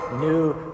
new